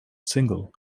single